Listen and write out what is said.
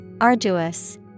Arduous